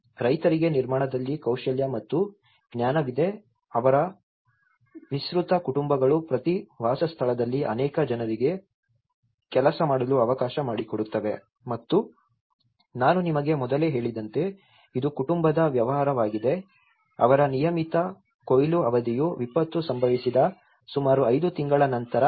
ರೈತರಿಗೆ ನಿರ್ಮಾಣದಲ್ಲಿ ಕೌಶಲ್ಯ ಮತ್ತು ಜ್ಞಾನವಿದೆ ಅವರ ವಿಸ್ತೃತ ಕುಟುಂಬಗಳು ಪ್ರತಿ ವಾಸಸ್ಥಳದಲ್ಲಿ ಅನೇಕ ಜನರಿಗೆ ಕೆಲಸ ಮಾಡಲು ಅವಕಾಶ ಮಾಡಿಕೊಡುತ್ತವೆ ಮತ್ತು ನಾನು ನಿಮಗೆ ಮೊದಲೇ ಹೇಳಿದಂತೆ ಇದು ಕುಟುಂಬದ ವ್ಯವಹಾರವಾಗಿದೆ ಅವರ ನಿಯಮಿತ ಕೊಯ್ಲು ಅವಧಿಯು ವಿಪತ್ತು ಸಂಭವಿಸಿದ ಸುಮಾರು 5 ತಿಂಗಳ ನಂತರ